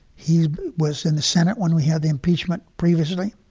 he was in the senate when we had the impeachment previously.